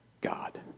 God